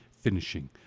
finishing